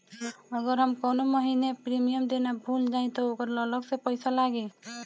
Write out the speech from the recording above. अगर हम कौने महीने प्रीमियम देना भूल जाई त ओकर अलग से पईसा लागी?